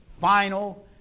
final